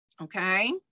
okay